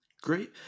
Great